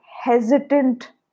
hesitant